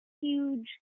huge